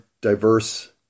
diverse